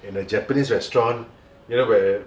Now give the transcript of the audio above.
in a japanese restaurant you know where